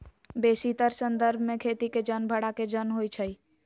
बेशीतर संदर्भ में खेती के जन भड़ा के जन होइ छइ